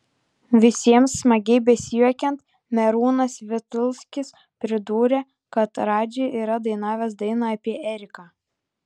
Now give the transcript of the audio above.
visiems smagiai besijuokiant merūnas vitulskis pridūrė kad radži yra dainavęs dainą apie eriką